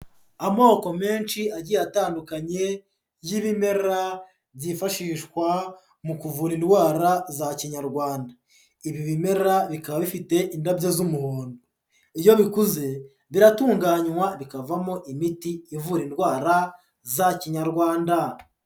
Amoko menshi agiye atandukanye y'ibimera byifashishwa mu kuvura indwara za Kinyarwanda, ibi bimera bikaba bifite indabyo z'umuhondo, iyo bikuze biratunganywa bikavamo imiti ivura indwara za Kinyarwanda.